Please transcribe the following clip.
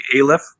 Aleph